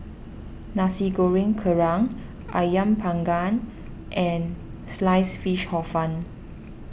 Nasi Goreng Kerang Ayam Panggang and Sliced Fish Hor Fun